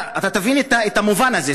תבין את המובן הזה.